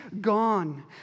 gone